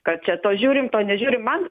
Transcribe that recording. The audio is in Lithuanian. kad čia to žiūrim to nežiūrim man